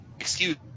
excuse